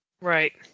Right